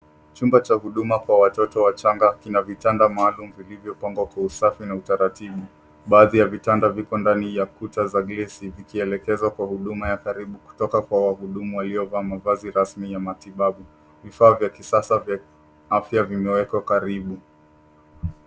Chumba cha huduma kwa watoto wachanga kina viti maalumu vilivyopangwa kwa usahihi na utaratibu. Baadhi ya viti vidogo vimepangwa ili kurahisisha huduma karibu kutoka kwa wahudumu wa afya na kuunganishwa na rafu za vifaa vya matibabu. Chumba hiki kimepangwa kwa kisasa, huku vifaa vya afya vikiwa karibu.